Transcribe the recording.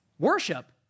Worship